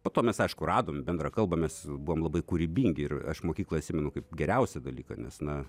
po to mes aišku radom bendrą kalbą mes buvom labai kūrybingi ir aš mokyklą atsimenu kaip geriausią dalyką nes na